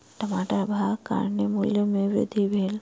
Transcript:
टमाटर अभावक कारणेँ मूल्य में वृद्धि भेल